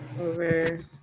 over